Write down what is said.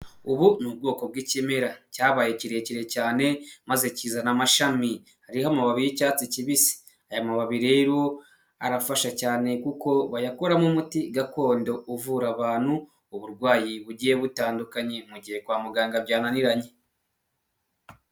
ubu ni ubwoko bw'ikimera cyabaye kirekire cyane, maze kizana amashami hariho amababi y'icyatsi kibisi. Aya mababi rero arafasha cyane kuko bayakoramo umuti gakondo uvura abantu uburwayi bugiye butandukanye, mu gihe kwa muganga byananiranye.